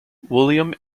william